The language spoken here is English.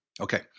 Okay